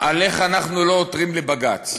על איך אנחנו לא עותרים לבג"ץ.